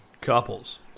couples